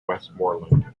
westmorland